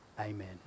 Amen